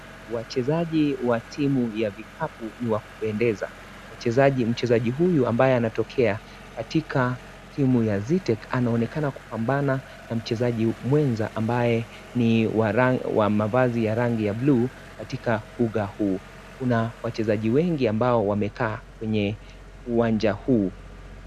Wachezaji wa timu ya vikapu ni wa kupendeza, wachezaji mchezaji huyu ambaye anatokea katika timu ya Zetech anaonekana kupambana na mchezaji mwenza ambaye ni wa mavazi ya rangi ya bluu katika uga huu, kuna wachezaji wengi ambao wamekaa kwenye uwanja huu.